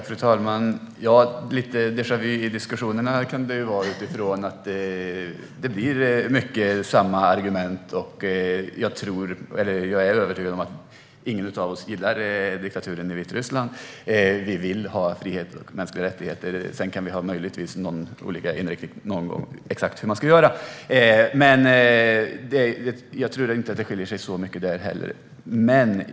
Fru talman! Ja, lite déjà vu i diskussionerna kan det ju vara eftersom det ofta blir samma argument. Jag är övertygad om att ingen av oss gillar diktaturen i Vitryssland. Vi vill ha frihet och mänskliga rättigheter. Sedan kan vi möjligtvis någon gång ha olika uppfattningar om exakt hur man ska göra, men jag tror inte att det skiljer sig så mycket där heller.